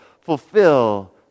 fulfill